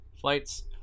flights